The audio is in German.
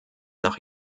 nach